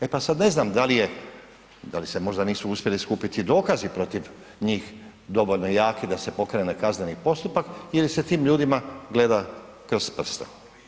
E pa sad ne znam da li se možda nisu uspjeli skupiti dokazi protiv njih dovoljno jaki da se pokrene kazneni postupak ili se tim ljudima gleda kroz prste?